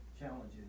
challenges